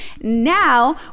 now